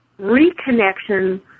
reconnection